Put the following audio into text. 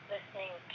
Listening